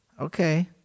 Okay